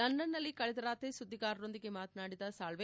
ಲಂಡನ್ನಲ್ಲಿ ಕಳೆದ ರಾತ್ರಿ ಸುದ್ದಿಗಾರರೊಂದಿಗೆ ಮಾತನಾಡಿದ ಸಾಳ್ವೆ